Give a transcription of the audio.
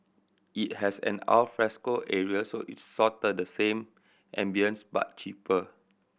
it has an alfresco area so it's sorta the same ambience but cheaper